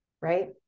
right